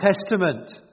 Testament